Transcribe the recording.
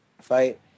fight